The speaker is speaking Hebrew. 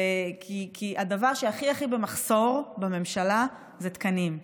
הדבר שהכי הכי במחסור בממשלה זה תקנים,